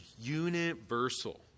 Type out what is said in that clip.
universal